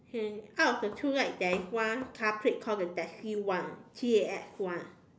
out of the two light there is one car plate call the taxi one T A X one